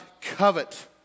covet